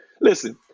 listen